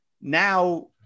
Now